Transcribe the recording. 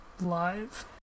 live